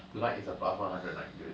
tonight is a plus one hundred night dude